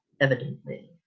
evidently